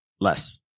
less